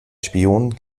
spion